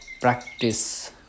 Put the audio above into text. practice